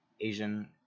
Asian